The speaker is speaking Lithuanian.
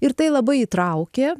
ir tai labai įtraukė